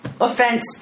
offense